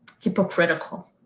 hypocritical